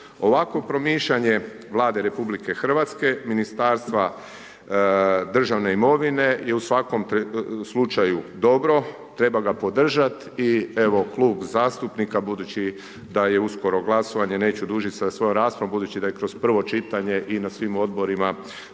Ovakvo promišljanje Vlade RH, Ministarstva državne imovine je u svakom slučaju dobro, treba ga podržat i evo Klub zastupnika, budući da je uskoro glasovanje neću dužit sa svojoj raspravom, budući da je kroz prvo čitanje i na svim odborima